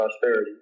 prosperity